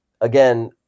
again